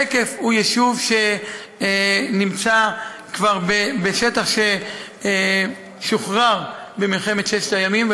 שקף הוא יישוב שנמצא כבר בשטח ששוחרר במלחמת ששת הימים,